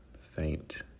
faint